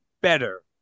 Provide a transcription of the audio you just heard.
better